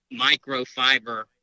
microfiber